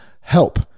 help